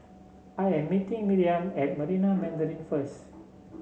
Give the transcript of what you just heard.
I am meeting Miriam at Marina Mandarin first